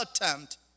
attempt